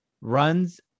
runs